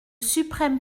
suprême